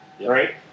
right